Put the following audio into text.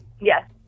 Yes